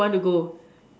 where you want to go